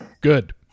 Good